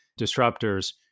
disruptors